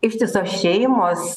ištisos šeimos